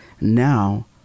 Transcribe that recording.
now